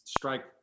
strike